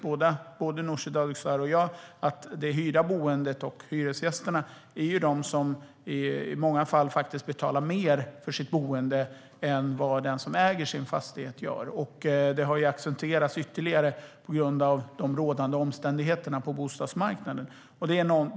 Både Nooshi Dadgostar och jag vet att hyresgästerna i många fall betalar mer för sitt boende än vad den som äger sin fastighet gör. Det har accentuerats ytterligare på grund av de rådande omständigheterna på bostadsmarknaden.